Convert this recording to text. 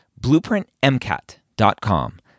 BlueprintMCAT.com